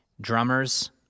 drummers